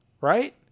Right